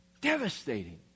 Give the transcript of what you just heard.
devastating